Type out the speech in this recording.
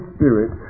Spirit